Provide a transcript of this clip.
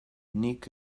nik